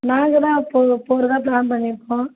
நாங்கள் தான் போ போகிறதா பிளான் பண்ணியிருக்கோம்